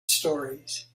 stories